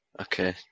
Okay